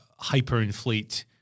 hyperinflate